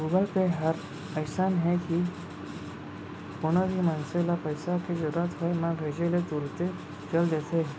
Google Pay हर अइसन हे कि कोनो भी मनसे ल पइसा के जरूरत होय म भेजे ले तुरते चल देथे